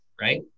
Right